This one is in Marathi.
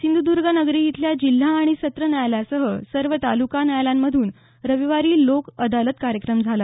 सिंधुदर्गनगरी इथल्या जिल्हा आणि सत्र न्यायालयासह सर्व तालुका न्यायालयांमधून रविवारी लोक अदालत कार्यक्रम झाला